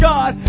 God